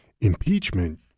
impeachment